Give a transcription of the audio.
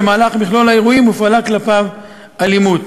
במהלך מכלול האירועים הופעלה כלפיו אלימות.